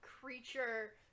creature